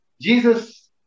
Jesus